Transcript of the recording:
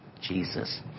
Jesus